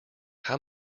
how